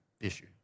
issue